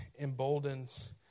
emboldens